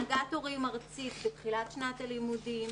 הנהגת הורים ארצית בתחילת שנת הלימודים,